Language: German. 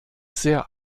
sehr